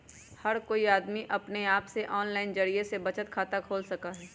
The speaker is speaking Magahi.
हर कोई अमदी अपने आप से आनलाइन जरिये से भी बचत खाता खोल सका हई